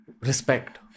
Respect